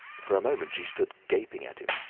for a moment she stood gaping at him,